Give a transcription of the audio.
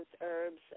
herbs